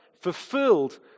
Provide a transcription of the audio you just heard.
fulfilled